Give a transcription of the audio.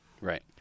Right